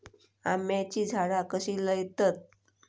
आम्याची झाडा कशी लयतत?